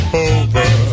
over